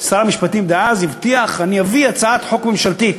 שר המשפטים דאז הבטיח שיביא הצעת חוק ממשלתית,